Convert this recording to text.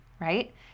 right